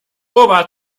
ober